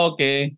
Okay